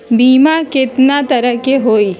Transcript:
बीमा केतना तरह के होइ?